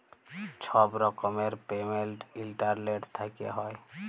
ছব রকমের payment internet থ্যাইকে হ্যয়